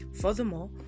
furthermore